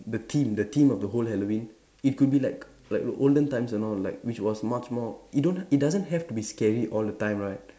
the theme the theme of the whole Halloween it could be like like the olden times and all like which was much more it don't it doesn't have to be scary all the time right